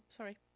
sorry